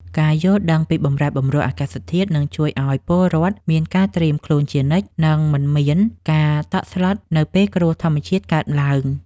ការយល់ដឹងពីបម្រែបម្រួលអាកាសធាតុនឹងជួយឱ្យពលរដ្ឋមានការត្រៀមខ្លួនជានិច្ច និងមិនមានការតក់ស្លុតនៅពេលគ្រោះធម្មជាតិកើតឡើង។